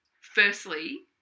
Firstly